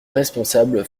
responsables